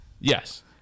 Yes